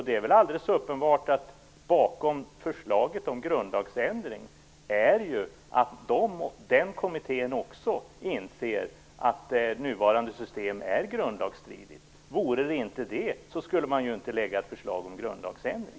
Det är väl alldeles uppenbart att kommittén bakom förslaget om grundlagsändring också inser att nuvarande system är grundlagstridigt. Vore det inte det, så skulle man ju inte lägga fram ett förslag om grundlagsändring.